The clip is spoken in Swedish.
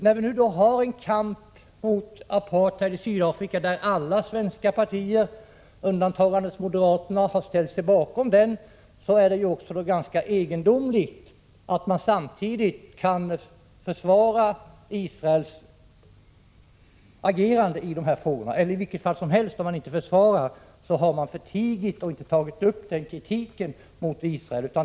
När nu alla svenska partier undantagandes moderaterna ställer sig bakom kampen mot apartheid i Sydafrika, är det ganska egendomligt att man samtidigt kan försvara Israels agerande i dessa frågor — eller om man inte försvarar det, har man förtigit och inte tagit upp kritiken mot Israel.